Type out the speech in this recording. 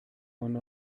one